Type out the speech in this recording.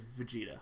Vegeta